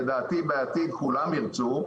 לדעתי בעתיד כולם ירצו,